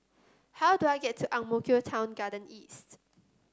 how do I get to Ang Mo Kio Town Garden East